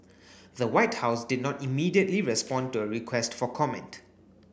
the White House did not immediately respond to a request for comment